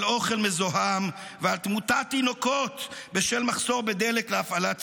על אוכל מזוהם ועל תמותת תינוקות בשל מחסור בדלק להפעלת ציוד,